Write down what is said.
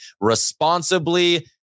responsibly